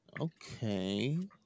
Okay